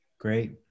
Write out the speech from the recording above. great